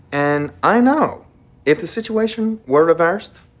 and i know if the situation were reversed,